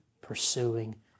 pursuing